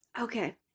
Okay